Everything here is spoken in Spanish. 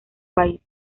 país